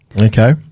Okay